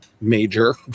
major